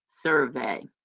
survey